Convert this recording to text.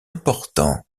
important